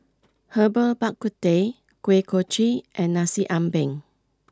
Herbal Bak Ku Teh Kuih Kochi and Nasi Ambeng